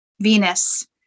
venus